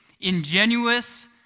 ingenuous